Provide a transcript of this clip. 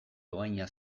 dohaina